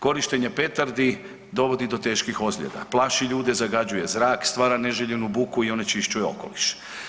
Korištenje petardi dovodi do teških ozljeda, plaši ljude, zagađuje zrak, stvara neželjenu buku i onečišćuje okoliš.